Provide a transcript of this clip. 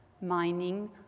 mining